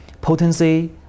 potency